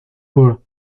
por